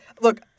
look